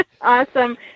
Awesome